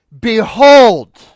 behold